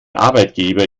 arbeitgeber